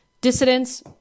dissidents